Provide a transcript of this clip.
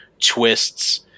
twists